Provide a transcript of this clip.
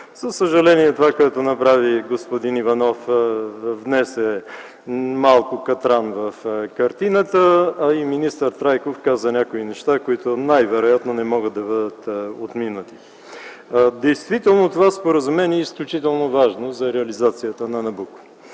За съжаление, това, което направи господин Иванов, внесе малко катран в картината, а и министър Трайков каза някои неща, които най-вероятно не могат да бъдат отминати. Действително това споразумение е изключително важно за реализацията на „Набуко”.